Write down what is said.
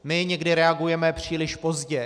My někdy reagujeme příliš pozdě.